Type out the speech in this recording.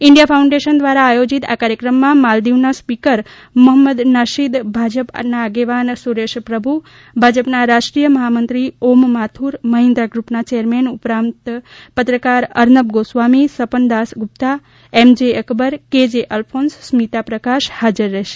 India Foundation દ્વારા આયોજિત આ કાર્યક્રમમાં માલદીવના સ્પીકર મોહમ્મદ નાશીદભાજપ આગેવાન સુરેશ પ્રભુ ભાજપ ના રાષ્ટ્રીય મહામંત્રી ઓમ માથુર મહીન્દ્રા ગ્રુપના ચેરમેન ઉપરાંત પત્રકાર Arnab Goswami Swapan Dasgupta M J Akbar KJ Alphons Smita Prakash હાજર છે